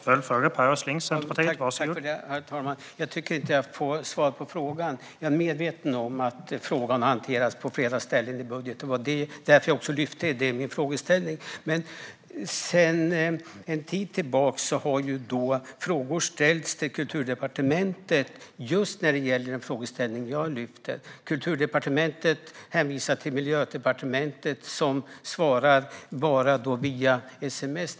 Herr talman! Jag tycker inte att jag får svar på frågan. Jag är medveten om att frågan har hanterats på flera ställen i budgeten, och det var därför jag lyfte upp det i min frågeställning. Men sedan en tid tillbaka har frågor ställts till Kulturdepartementet just om detta. Departementet hänvisar till Miljö och energidepartementet, som endast svarar via sms.